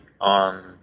on